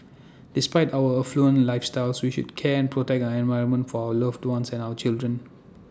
despite our affluent lifestyles we should care and protect our environment for our loved ones and our children